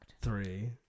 three